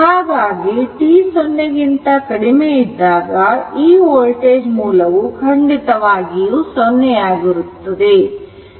ಹಾಗಾಗಿ t0 ಇದ್ದಾಗ ಈ ವೋಲ್ಟೇಜ್ ಮೂಲವು ಖಂಡಿತವಾಗಿಯೂ ಸೊನ್ನೆ ಆಗಿರುತ್ತದೆ